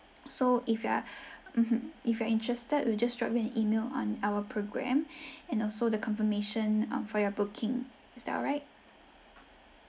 so if you are mmhmm if you are interested we'll just drop you an email on our program and also the confirmation um for your booking is that alright